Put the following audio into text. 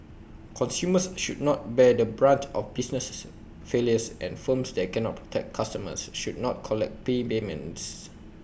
consumers should not bear the brunt of businesses failures and firms that cannot protect customers should not collect prepayments